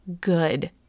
good